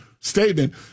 statement